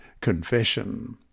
confession